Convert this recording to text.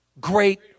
great